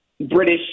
British